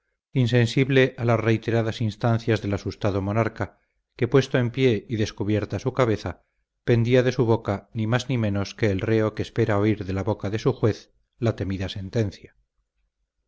insensible a las reiteradas instancias del asustado monarca que puesto en pie y descubierta su cabeza pendía de su boca ni más ni menos que el reo que espera oír de la boca de su juez la temida sentencia